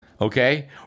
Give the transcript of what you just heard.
okay